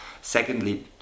secondly